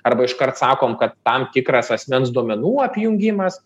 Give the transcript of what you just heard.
arba iškart sakom kad tam tikras asmens duomenų apjungimas